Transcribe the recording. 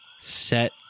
set